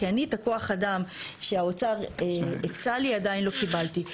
כי אני את הכוח אדם שהאוצר הקצה לי עדיין לא קיבלתי.